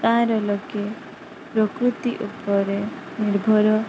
ତା'ର ଲୋକେ ପ୍ରକୃତି ଉପରେ ନିର୍ଭର